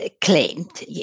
claimed